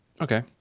okay